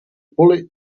bullet